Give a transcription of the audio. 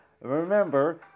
Remember